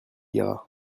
ira